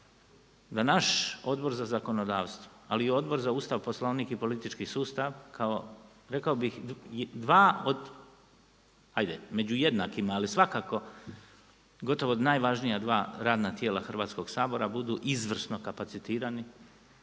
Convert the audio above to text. da naš Odbor za zakonodavstvo ali i Odbor za Ustav, Poslovnik i politički sustav kao rekao bih dva ajde među jednakima, ali svakako gotovo najvažnija dva radna tijela Hrvatskog sabora budu izvrsno kapacitirani,